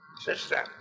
Sister